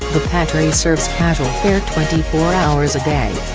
the pantry serves casual fare twenty four hours a day.